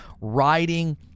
riding